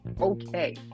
okay